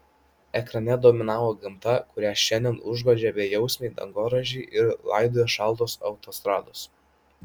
ekrane dominavo gamta kurią šiandien užgožia bejausmiai dangoraižiai ir laidoja šaltos autostrados